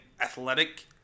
athletic